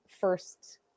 first